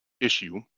issue